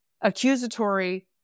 accusatory